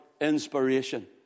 inspiration